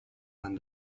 and